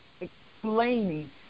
explaining